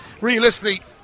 Realistically